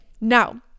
Now